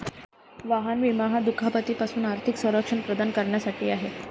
वाहन विमा हा दुखापती पासून आर्थिक संरक्षण प्रदान करण्यासाठी आहे